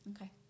Okay